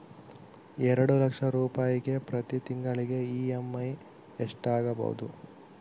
ಎರಡು ಲಕ್ಷ ರೂಪಾಯಿಗೆ ಪ್ರತಿ ತಿಂಗಳಿಗೆ ಇ.ಎಮ್.ಐ ಎಷ್ಟಾಗಬಹುದು?